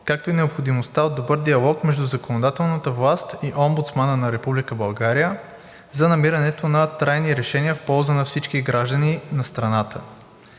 както и необходимостта от добър диалог между законодателната власт и Омбудсмана на Република България за намирането на трайни решения в полза на всички граждани на страната.